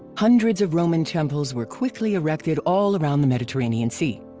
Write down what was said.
hundreds of roman temples were quickly erected all around the mediterranean sea.